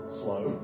slow